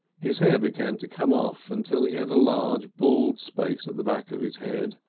his hair began to come off until he had a large bald space at the back of his head.